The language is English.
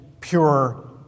pure